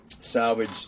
salvaged